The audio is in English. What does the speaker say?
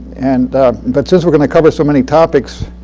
and but since we're going to cover so many topics,